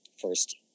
first